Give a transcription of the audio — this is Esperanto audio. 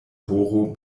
horo